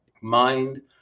mind